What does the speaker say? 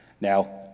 Now